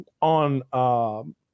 on